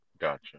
Gotcha